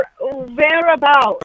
whereabouts